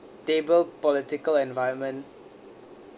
stable political environment